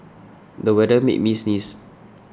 the weather made me sneeze